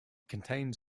contains